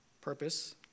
purpose